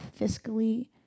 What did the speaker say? fiscally